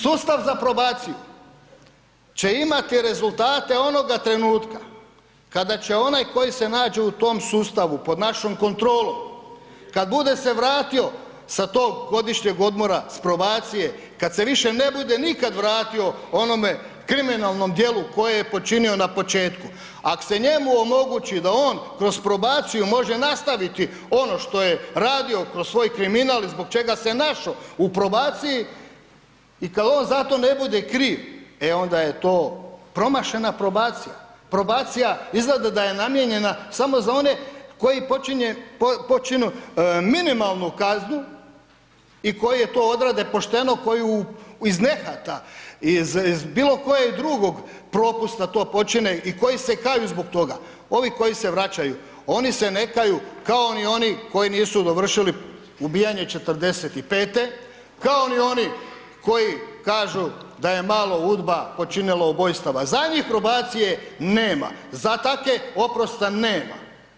Sustav za probaciju će imati rezultate onoga trenutka kada će onaj koji se nađe u tom sustavu pod našom kontrolom, kad bude se vratio sa tog godišnjeg odmora, s probacije, kad se više ne bude nikad vratio onome kriminalnom djelu koje je počinio na početku, ako se njemu omogući da on kroz probaciju može nastaviti ono što je radio kroz svoj kriminal i zbog čega se našao u probaciji, i kad on za to ne bude kriv, e onda je to promašena probacija, probacija izgleda da je namijenjena samo za one koji počinu minimalnu kaznu i koji je to odrade pošteno, koji iz nehata, iz bilokojeg drugog propusta to počine i koji se kaju zbog toga, ovi koji se vraćaju, oni se ne kaju kao ni oni koji nisu dovršili ubijanje '45., kao ni oni koji kažu da je malo UDBA počinila ubojstava, za njih probacije nema, za takve oprosta nema.